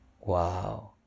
Wow